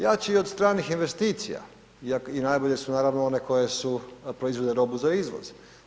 Jači i od stranih investicija i najbolje su naravno one koje su, proizvode robu za izvoz.